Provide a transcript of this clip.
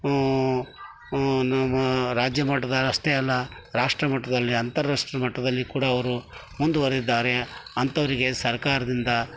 ನಮ್ಮ ರಾಜ್ಯ ಮಟ್ಟದಲ್ಲಿ ಅಷ್ಟೇ ಅಲ್ಲ ರಾಷ್ಟ್ರ ಮಟ್ಟದಲ್ಲಿ ಅಂತಾರಾಷ್ಟ್ರೀಯ ಮಟ್ಟದಲ್ಲಿ ಕೂಡ ಅವರು ಮುಂದುವರೆದಿದ್ದಾರೆ ಅಂಥವ್ರಿಗೆ ಸರ್ಕಾರದಿಂದ